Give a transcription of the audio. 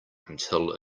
until